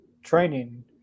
training